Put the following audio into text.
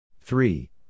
Three